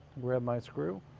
grab my screw.